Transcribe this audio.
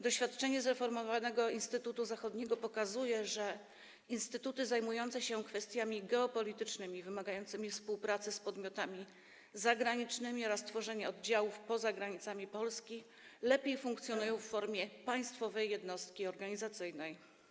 Doświadczenie zreformowanego Instytutu Zachodniego pokazuje, że instytuty zajmujące się kwestiami geopolitycznymi wymagającymi współpracy z podmiotami zagranicznymi oraz tworzenia oddziałów poza granicami Polski lepiej funkcjonują w formie państwowej jednostki organizacyjnej.